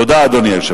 תודה, אדוני היושב-ראש.